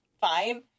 fine